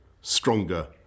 stronger